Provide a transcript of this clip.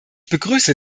begrüße